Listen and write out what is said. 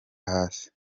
hasi